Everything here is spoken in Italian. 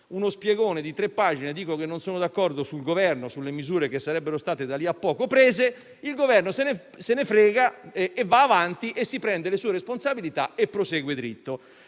uno spiegone di tre pagine dicendo di non essere d'accordo con il Governo sulle misure che sarebbero state da lì a poco prese, il Governo non gli dà importanza, va avanti, si prende le sue responsabilità e prosegue dritto.